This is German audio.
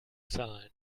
zahlen